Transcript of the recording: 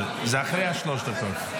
זה אחרי השלוש דקות.